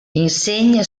insegna